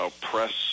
press